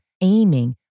aiming